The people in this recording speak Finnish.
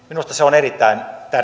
minusta se on erittäin